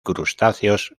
crustáceos